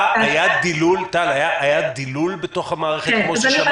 היה דילול בתוך המערכת כמו ששמענו.